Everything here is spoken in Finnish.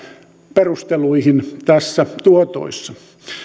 perusteluihin näissä tuotoissa